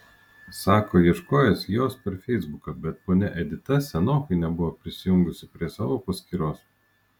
sako ieškojęs jos per feisbuką bet ponia edita senokai nebuvo prisijungusi prie savo paskyros